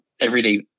everyday